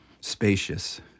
spacious